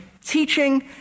Teaching